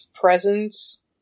presence